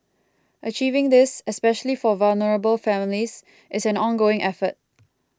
achieving this especially for vulnerable families is an ongoing effort